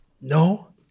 No